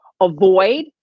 avoid